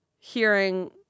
hearing